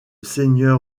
seigneur